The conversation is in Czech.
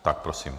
Tak prosím.